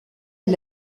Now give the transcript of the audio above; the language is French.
est